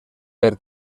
per